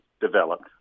developed